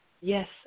Yes